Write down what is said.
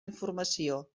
informació